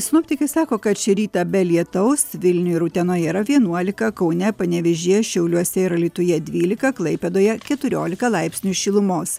sinoptikai sako kad šį rytą be lietaus vilniuj ir utenoje yra vienuolika kaune panevėžyje šiauliuose ir alytuje dvylika klaipėdoje keturiolika laipsnių šilumos